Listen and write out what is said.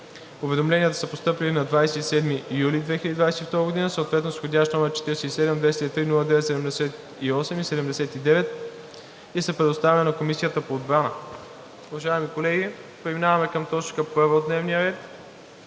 Уведомленията са постъпили на 27 юли 2022 г., съответно с входящ № 47-203-09-78 и 79, и са предоставени на Комисията по отбрана. Уважаеми колеги, преминаваме към точка първа от дневния ред: